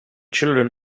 children